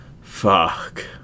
fuck